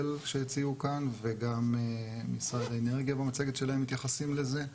כשהציעו כאן וגם משרד האנרגיה במצגת שלהם מתייחסים לזה.